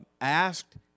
asked